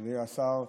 אדוני השר,